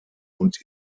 und